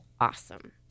awesome